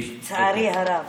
לצערי הרב.